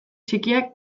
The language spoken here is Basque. txikiak